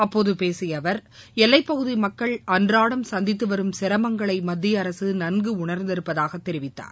அப்போது பேசிய அவர் எல்லைப் பகுதி மக்கள் அன்றாடம் சந்தித்து வரும் சிரமங்களை மத்திய அரசு நன்கு உணர்ந்திருப்பதாக தெரிவித்தார்